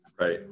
Right